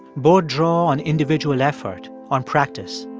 both draw on individual effort, on practice.